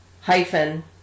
hyphen